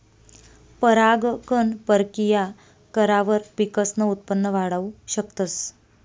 परागकण परकिया करावर पिकसनं उत्पन वाढाऊ शकतस